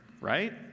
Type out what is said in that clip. right